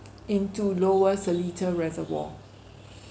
into lower seletar reservoir